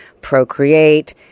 procreate